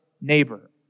neighbor